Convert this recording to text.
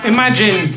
Imagine